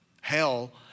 Hell